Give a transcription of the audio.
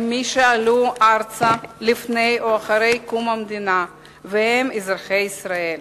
הם מי שעלו ארצה לפני או אחרי קום המדינה והם אזרחי ישראל.